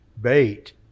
bait